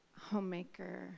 homemaker